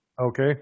Okay